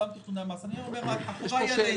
--- אני אומר לך שאני,